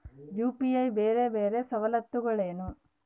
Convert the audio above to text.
UPI ಬೇರೆ ಬೇರೆ ಸವಲತ್ತುಗಳೇನು?